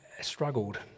struggled